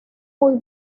muy